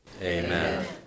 Amen